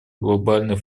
глобальный